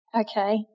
okay